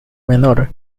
menor